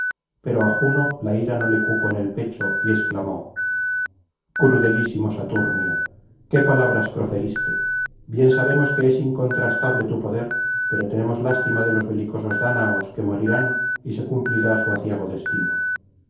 pero á juno la ira no le cupo en el pecho y exclamó crudelísima saturno qué palabras proferiste bien sabemos que es incontrastable tu poder pero tenemos lástima de los belicosos dáñaos que morirán y se cumplirá su aciago destino